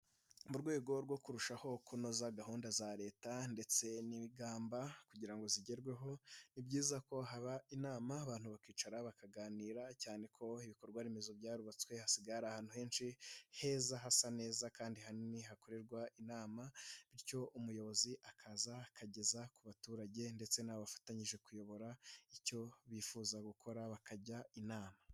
Mu rwego rwo kurushaho kunoza gahunda za leta ndetse n'ingamba kugira ngo zigerweho, ni byiza ko haba inama abantu bakicara bakaganira cyane ko ibikorwa remezo byarubatswe hasigaye ari ahantu henshi heza hasa neza, kandi ahanini hakorerwa inama bityo umuyobozi akazakugeza ku baturage ndetse n'abafatanyije kuyobora icyo bifuza gukora bakajya inama.